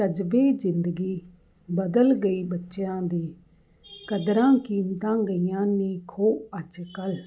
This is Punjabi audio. ਤਜਬੇ ਜ਼ਿੰਦਗੀ ਬਦਲ ਗਈ ਬੱਚਿਆਂ ਦੀ ਕਦਰਾਂ ਕੀਮਤਾਂ ਗਈਆਂ ਨੇ ਖੋਹ ਅੱਜ ਕੱਲ੍ਹ